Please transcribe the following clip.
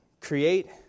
Create